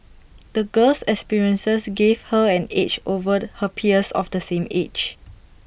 the girl's experiences gave her an edge over her peers of the same age